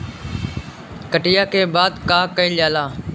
कटिया के बाद का कइल जाला?